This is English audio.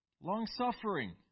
long-suffering